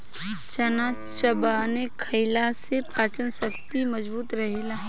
चना चबेना खईला से पाचन शक्ति मजबूत रहेला